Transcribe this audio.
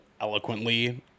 eloquently